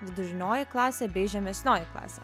vidurinioji klasė bei žemesnioji klasė